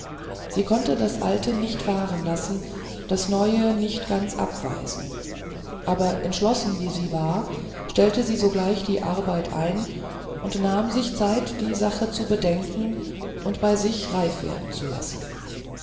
sie konnte das alte nicht fahren lassen das neue nicht ganz abweisen aber entschlossen wie sie war stellte sie sogleich die arbeit ein und nahm sich zeit die sache zu bedenken und bei sich reif werden zu lassen